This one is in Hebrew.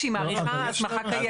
יש לה משמעות כשהיא מאריכה הסמכה קיימת.